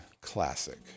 classic